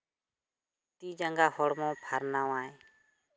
ᱛᱤ ᱡᱟᱝᱜᱟ ᱦᱚᱲᱢᱚ ᱯᱷᱟᱨᱱᱟᱣᱟᱭ